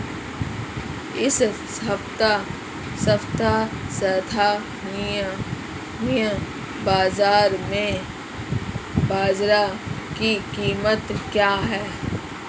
इस सप्ताह स्थानीय बाज़ार में बाजरा की कीमत क्या है?